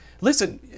Listen